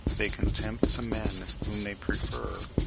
they can tempt the men whom they prefer,